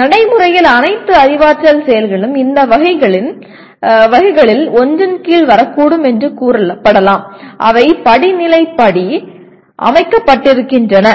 நடைமுறையில் அனைத்து அறிவாற்றல் செயல்களும் இந்த வகைகளில் ஒன்றின் கீழ் வரக்கூடும் என்று கூறப்படலாம் அவை படிநிலைப்படி அமைக்கப்பட்டிருக்கின்றன